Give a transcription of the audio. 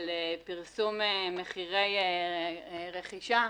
של פרסום מחירי רכישה.